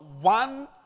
one